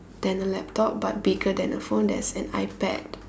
than a laptop but bigger than a phone there's iPad